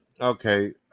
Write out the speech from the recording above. okay